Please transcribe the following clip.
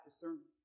discernment